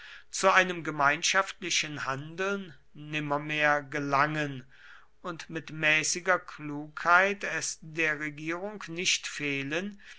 zu einem gemeinschaftlichen handeln nimmermehr gelangen und mit mäßiger klugheit es der regierung nicht fehlen